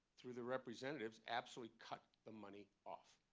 through their representatives, absolutely cut the money off.